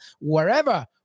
wherever